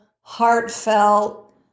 heartfelt